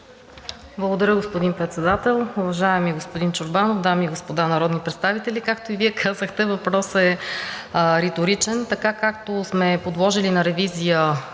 Благодаря, господин Председател. Уважаеми господин Чорбанов, дами и господа народни представители! Както и Вие казахте, въпросът е реторичен. Така, както сме подложили на ревизия